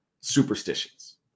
superstitions